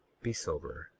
be sober.